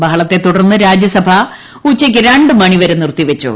ബഹളത്തെ തുടർണ്ണ് രാജ്യസഭ ഉച്ചയ്ക്ക് രണ്ട് മണിവരെ നിർത്തിവച്ചു